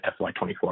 FY24